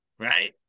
Right